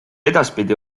edaspidi